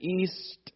east